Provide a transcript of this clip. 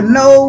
no